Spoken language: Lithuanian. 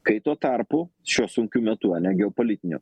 kai tuo tarpu šiuo sunkiu metu ane geopolitiniu